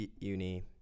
uni